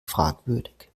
fragwürdig